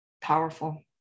Powerful